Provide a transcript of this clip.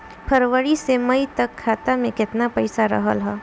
फरवरी से मई तक खाता में केतना पईसा रहल ह?